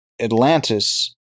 Atlantis